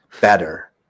better